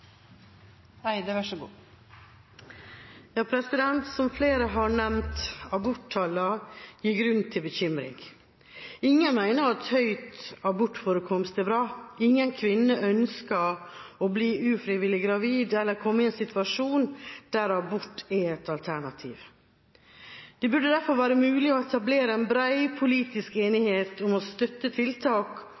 bekymring. Ingen mener at høy abortforekomst er bra. Ingen kvinner ønsker å bli ufrivillig gravid, eller komme i en situasjon der abort er et alternativ. Det burde derfor være mulig å etablere en bred politisk enighet om å støtte tiltak